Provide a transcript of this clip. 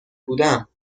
بودم